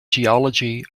geology